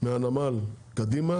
מהנמל קדימה.